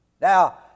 Now